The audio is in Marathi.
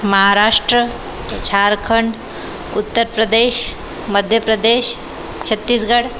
महाराष्ट्र झारखंड उत्तर प्रदेश मध्य प्रदेश छत्तीसगढ